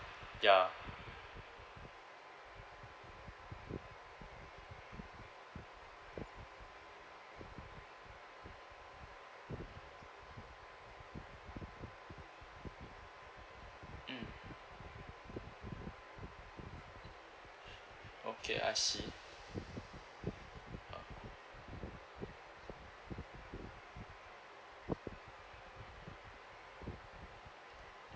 ya mm okay I see uh